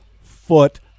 foot